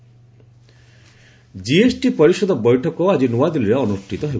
GST meeting GST ପରିଷଦ ବୈଠକ ଆଜି ନୂଆଦିଲ୍ଲୀରେ ଅନୁଷ୍ଠିତ ହେବ